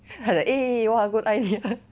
他讲 eh !wah! good idea